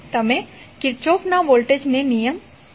તમે કિર્ચોફના વોલ્ટેજ નિયમને લાગુ કરી શકો છો